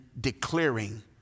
declaring